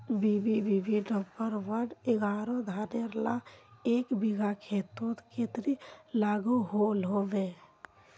BB number एगारोह धानेर ला एक बिगहा खेतोत कतेरी लागोहो होबे?